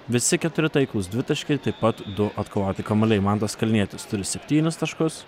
visi keturi taiklūs dvitaškiai taip pat du atkovoti kamamuoliai mantas kalnietis turi septynis taškus